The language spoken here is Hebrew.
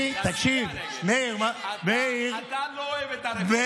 תתפלא לשמוע, אתה לא אוהב את הרפורמה.